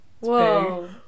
Whoa